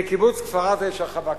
בקיבוץ כפר-עזה יש הרחבה קהילתית.